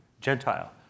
Gentile